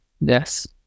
Yes